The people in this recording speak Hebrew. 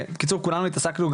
בקיצור כולנו התעסקנו,